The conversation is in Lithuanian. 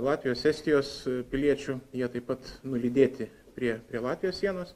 latvijos estijos piliečių jie taip pat nulydėti prie prie latvijos sienos